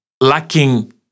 lacking